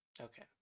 Okay